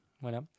Voilà